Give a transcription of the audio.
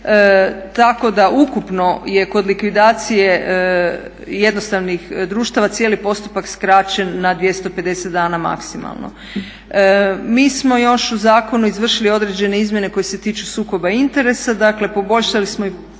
tako da je ukupno kod likvidacije jednostavnih društava cijeli postupak skraćen na 250 dana maksimalno. Mi smo još u zakonu izvršili određene izmjene koje se tiču sukoba interesa, dakle poboljšali smo i